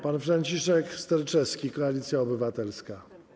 Pan Franciszek Sterczewski, Koalicja Obywatelska.